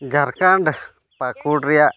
ᱡᱷᱟᱲᱠᱷᱚᱸᱰ ᱯᱟᱠᱩᱲ ᱨᱮᱭᱟᱜ